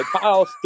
Kyle